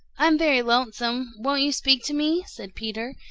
i'm very lonesome won't you speak to me? said peter,